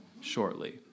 shortly